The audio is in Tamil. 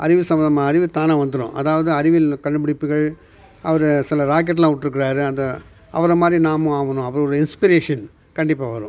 அறிவியல் சம்பந்தமான அறிவு தானாக வந்துடும் அதாவது அறிவியல் கண்டுபிடிப்புகள் அவர் சில ராக்கெட்லாம் விட்ருக்காரு அந்த அவரை மாதிரி நாமும் ஆகணும் அவர் ஒரு இன்ஸ்பிரேஷன் கண்டிப்பாக வரும்